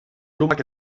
lumak